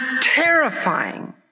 terrifying